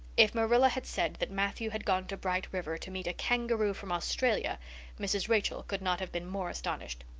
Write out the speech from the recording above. if marilla had said that matthew had gone to bright river to meet a kangaroo from australia mrs. rachel could not have been more astonished.